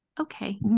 Okay